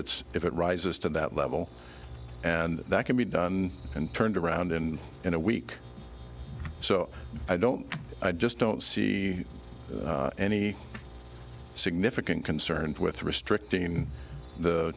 it's if it rises to that level and that can be done and turned around and in a week so i don't i just don't see any significant concerns with restricting the